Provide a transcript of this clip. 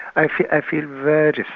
i feel i feel very sad.